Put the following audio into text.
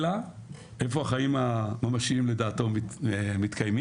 אלא, איפה החיים הממשיים לדעתו מתקיימים?